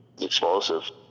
explosive